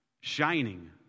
shining